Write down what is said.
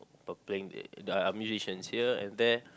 p~ playing are musicians here and there